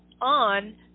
on